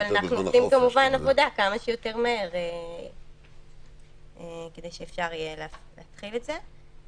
אנחנו עושים כמובן עבודה כמה שיותר מהר כדי שאפשר יהיה להתחיל את זה.